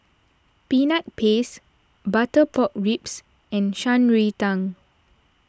Peanut Paste Butter Pork Ribs and Shan Rui Tang